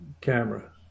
camera